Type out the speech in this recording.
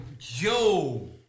Yo